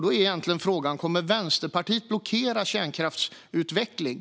Då är egentligen frågan: Kommer Vänsterpartiet att blockera kärnkraftsutveckling?